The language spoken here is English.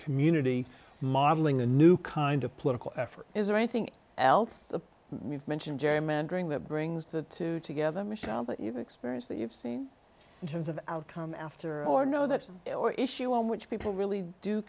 community modeling a new kind of political effort is there anything else you've mentioned gerrymandering that brings the two together michel that you've experienced that you've seen in terms of outcome after or know that or issue on which people really do